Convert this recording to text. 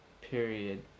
period